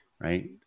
Right